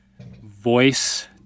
voice